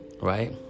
Right